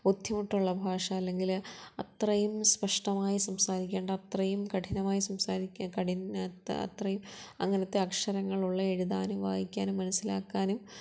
ബുദ്ധിമുട്ടുള്ള ഭാഷ അല്ലെങ്കിൽ അത്രയും സ്പഷ്ടമായ സംസാരിക്കേണ്ട അത്രെയും കഠിനമായും സംസാരിക്കേം കഠിനം അത്രെയും അങ്ങനത്തെ അക്ഷരങ്ങളുള്ള എഴുതാനും വായിക്കാനും മനസ്സിലാക്കാനും